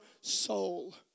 soul